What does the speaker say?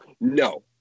No